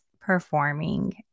performing